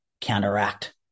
counteract